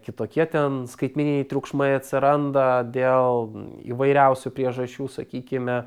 kitokie ten skaitmeniniai triukšmai atsiranda dėl įvairiausių priežasčių sakykime